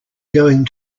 going